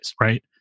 right